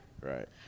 Right